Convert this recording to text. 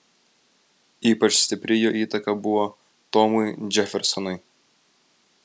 ypač stipri jo įtaka buvo tomui džefersonui